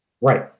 Right